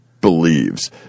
believes